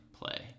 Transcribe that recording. play